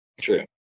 True